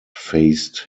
faced